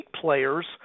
players